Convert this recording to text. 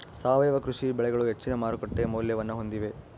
ಸಾವಯವ ಕೃಷಿ ಬೆಳೆಗಳು ಹೆಚ್ಚಿನ ಮಾರುಕಟ್ಟೆ ಮೌಲ್ಯವನ್ನ ಹೊಂದಿವೆ